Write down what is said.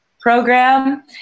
program